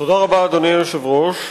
תודה רבה, אדוני היושב-ראש.